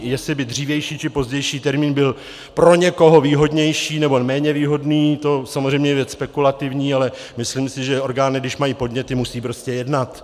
Jestli by dřívější či pozdější termín byl pro někoho výhodnější, nebo méně výhodný, to je samozřejmě věc spekulativní, ale myslím si, že orgány, když mají podněty, musí prostě jednat.